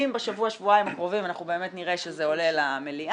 אם בשבוע-שבועיים הקרובים אנחנו באמת נראה שזה עולה למליאה.